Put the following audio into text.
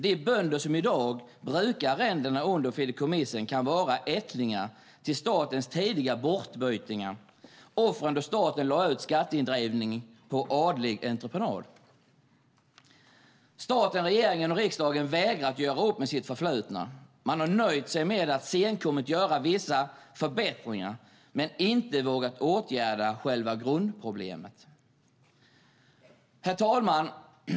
De bönder som i dag brukar arrenden under fideikommissen kan vara ättlingar till statens tidiga bortbytingar - offren då staten lade ut skatteindrivning på adlig entreprenad. Staten, regeringen och riksdagen vägrar att göra upp med sitt förflutna. Man har nöjt sig med att senkommet göra vissa förbättringar men inte vågat åtgärda grundproblemet. Herr talman!